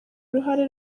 uruhare